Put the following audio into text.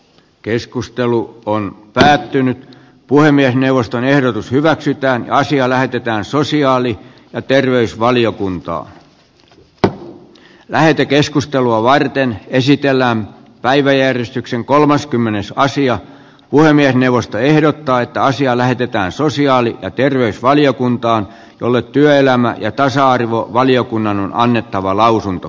keskustelu on päättynyt puhemiesneuvoston ehdotus hyväksytään asia lähetetään sosiaali ja terveysvaliokuntaa lähetekeskustelua varten esitellään päiväjärjestyksen kolmaskymmenes osia puhemiesneuvosto ehdottaa että asia lähetetään sosiaali ja terveysvaliokuntaan jolle työelämä ja tasa arvovaliokunnan on annettava lausunto